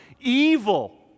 Evil